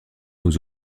aux